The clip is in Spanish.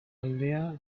aldea